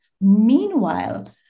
Meanwhile